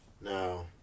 now